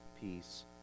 peace